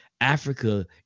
Africa